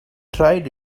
tried